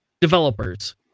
developers